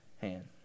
hand